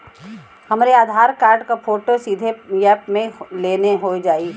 हमरे आधार कार्ड क फोटो सीधे यैप में लोनहो जाई?